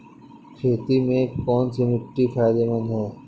खेती में कौनसी मिट्टी फायदेमंद है?